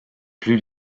plus